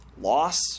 loss